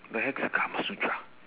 the heck's a karmasutra